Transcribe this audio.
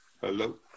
Hello